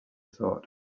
thought